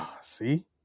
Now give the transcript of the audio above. See